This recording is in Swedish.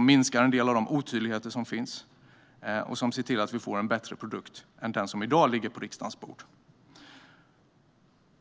minskar en del av de otydligheter som finns och ser till att vi får en bättre produkt än den som i dag ligger på riksdagens bord.